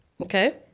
Okay